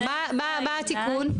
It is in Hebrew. מה התיקון ?